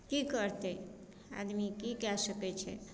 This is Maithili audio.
की करतै आदमी की कए सकैत छै